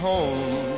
Home